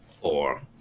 Four